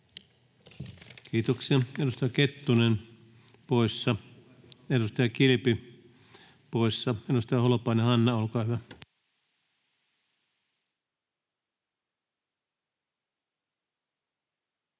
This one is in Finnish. Kiitoksia. — Edustaja Kettunen — poissa, edustaja Kilpi — poissa. — Edustaja Holopainen, Hanna, olkaa hyvä.